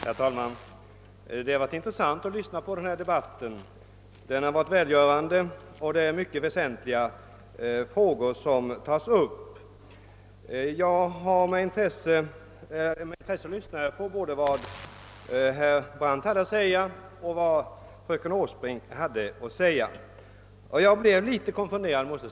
Herr talman! Det har varit intressant att lyssna på debatten. Den har varit välgörande och mycket väsentliga frågor har tagits upp. Jag lyssnade med intresse på vad såväl herr Brandt som fröken Åsbrink yttrade men blev litet konfunderad.